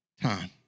time